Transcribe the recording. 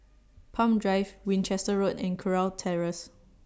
Palm Drive Winchester Road and Kurau Terrace